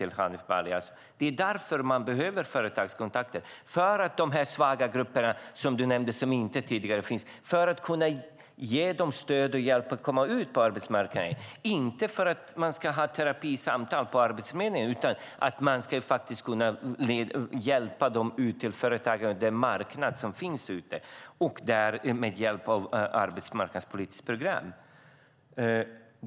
Man behöver företagskontakter för att kunna ge stöd och hjälp till de svaga grupper som du nämnde och som inte fanns i samma utsträckning tidigare, så att de kan komma ut på arbetsmarknaden. Det är inte för att man ska ha terapisamtal på Arbetsförmedlingen, utan för att man ska kunna hjälpa dem ut till företagen och den marknad som finns med stöd av arbetsmarknadspolitiska program.